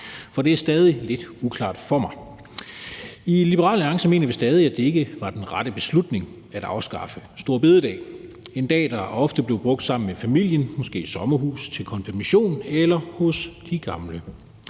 for det er stadig lidt uklart for mig. I Liberal Alliance mener vi stadig, at det ikke var den rette beslutning at afskaffe store bededag – en dag, der ofte blev brugt sammen med familien, måske i sommerhus, til konfirmation eller hos de gamle.